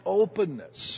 openness